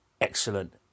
Excellent